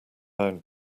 down